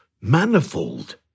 manifold